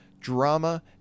drama